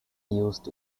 used